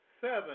seven